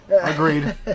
Agreed